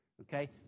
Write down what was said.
Okay